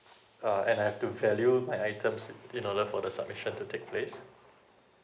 uh and I have to value my items in order for the submission to take place